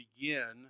begin